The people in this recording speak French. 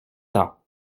tant